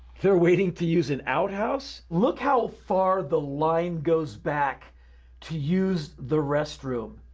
they're waiting to use an outhouse? look how far the line goes back to use the restroom.